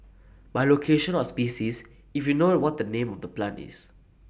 by location or species if you know what the name of the plant is